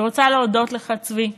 אני רוצה להודות לך, צבי,